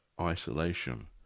isolation